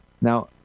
Now